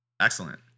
Excellent